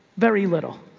very little